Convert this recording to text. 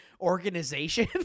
organization